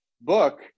book